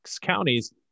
counties